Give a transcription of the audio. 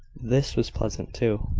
this was pleasant too.